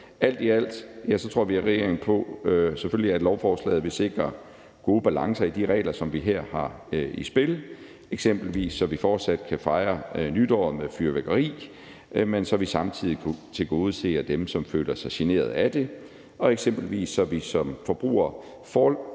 Alt i alt tror vi i regeringen selvfølgelig på, at lovforslaget vil sikre gode balancer i de regler, som vi her har i spil – eksempelvis så vi fortsat kan fejre nytåret med fyrværkeri, men så vi samtidig tilgodeser dem, som føler sig generet af det, og at vi som forbrugere fortsat